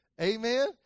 Amen